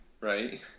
right